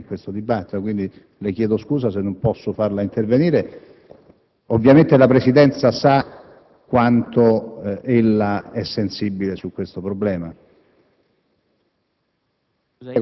ad intervenire in questo dibattito. Le chiedo scusa se non posso farla intervenire. Ovviamente, la Presidenza sa quanto ella è sensibile a questo problema.